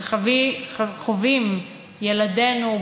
שחווים ילדינו,